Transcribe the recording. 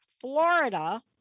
Florida